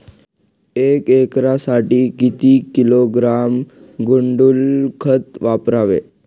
एक एकरसाठी किती किलोग्रॅम गांडूळ खत वापरावे?